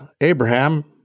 Abraham